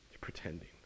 pretending